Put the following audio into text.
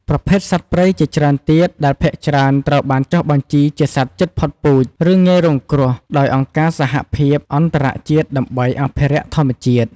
ប្រភេទសត្វព្រៃជាច្រើនទៀត ដែលភាគច្រើនត្រូវបានចុះបញ្ជីជាសត្វជិតផុតពូជ ឬងាយរងគ្រោះ ដោយអង្គការសហភាពអន្តរជាតិដើម្បីអភិរក្សធម្មជាតិ។